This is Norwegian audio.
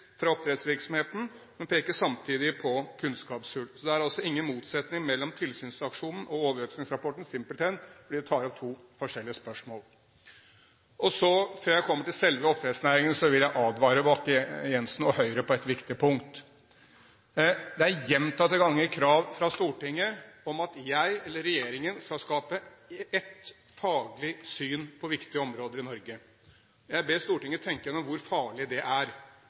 oppdrettsvirksomheten, men peker samtidig på kunnskapshull. Det er altså ingen motsetning mellom tilsynsaksjonen og overgjødslingsrapporten, simpelthen fordi de tar opp to forskjellige spørsmål. Og så, før jeg kommer til selve oppdrettsnæringen, vil jeg advare Bakke-Jensen og Høyre på et viktig punkt. Det er gjentatte ganger krav fra Stortinget om at jeg eller regjeringen skal skape ett faglig syn på viktige områder i Norge. Jeg ber Stortinget tenke gjennom hvor farlig det er.